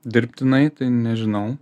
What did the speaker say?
dirbtinai tai nežinau